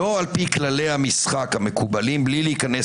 לא לפי כללי המשחק המקובלים בלי להיכנס